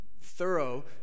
thorough